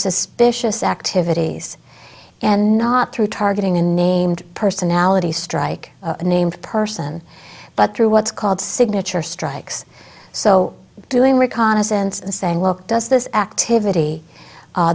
suspicious activities and not through targeting unnamed personalities strike unnamed person but through what's called signature strikes so doing reconnaissance saying look does this activity